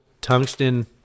tungsten